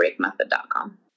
BreakMethod.com